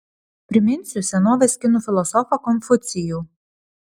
priminsiu senovės kinų filosofą konfucijų